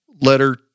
letter